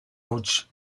huts